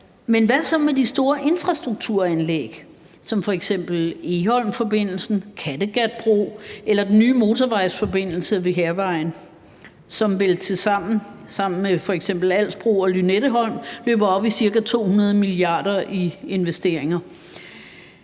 men hvad så med de store infrastrukturanlæg som f.eks. Egholmforbindelsen, Kattegatbroen eller den nye motorvejsforbindelse ved Hærvejen, som vel tilsammen sammen med f.eks. Alsbroen og Lynetteholm løber op i cirka 200 mia. kr. i investeringer,